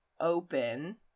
open